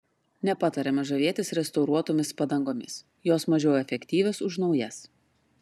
nepatariama žavėtis restauruotomis padangomis jos mažiau efektyvios už naujas